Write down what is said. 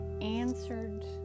answered